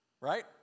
right